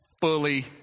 fully